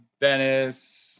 Venice